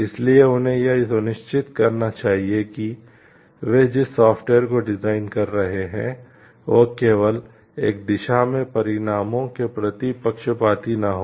इसलिए उन्हें यह सुनिश्चित करना चाहिए कि वे जिस सॉफ्टवेयर को डिजाइन कर रहे हैं वह केवल एक दिशा में परिणामों के प्रति पक्षपाती न हो